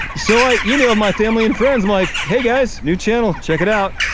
so i emailed my family and friends. i'm like, hey guys, new channel, check it out.